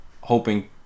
hoping